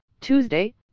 Tuesday